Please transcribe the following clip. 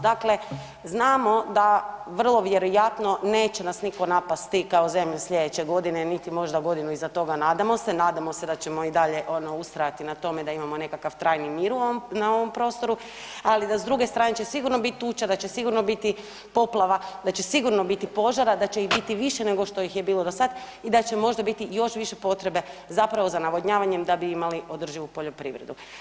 Dakle, znamo da vrlo vjerojatno neće nas nitko napasti kao zemlju slijedeće godine niti možda godinu iza toga, nadamo se, nadamo se da ćemo i dalje ustrajati na tome da imamo nekakav trajni mir na ovom prostoru, ali da s druge strane će sigurno biti tuča, da će sigurno biti poplava, da će sigurno biti požara, da će ih biti više nego što ih je ih je bilo do sada i da će možda biti još više potrebe zapravo za navodnjavanjem da bi imali održivu poljoprivredu.